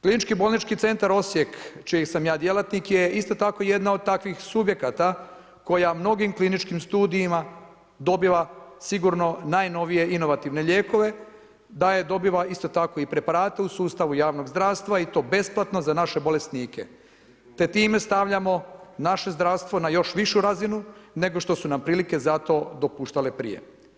Klinički bolnički centar Osijek, čiji sam ja djelatnik, je isto tako jedna od takvih subjekata koja mnogim kliničkim studijima dobiva sigurno najnovije inovativne lijekove, da dobiva isto tako preparate u sustavu javnog zdravstva i to besplatno za naše bolesnike te time stavljamo naše zdravstvo na još višu razinu, nego što su nam prilike za to dopuštale prije.